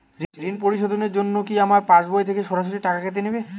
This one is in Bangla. ঋণ পরিশোধের জন্য কি আমার পাশবই থেকে সরাসরি টাকা কেটে নেবে?